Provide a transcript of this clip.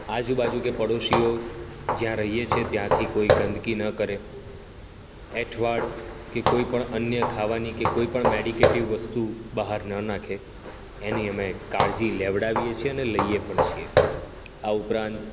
આજુ બાજુ કે પડોશીઓ જ્યાં રહીએ છીયે ત્યાંથી કોઈ ગંદકી ન કરે એંઠવાડ કે અન્ય કોઈ પણ અન્ય ખાવાની કે કોઈ પણ મેડિકેટિવ વસ્તુ બહાર ન નાખે એની અમે કાળજી લેવડાવીએ છીએ અને લઈએ પણ છીએ આ ઉપરાંત